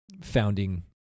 founding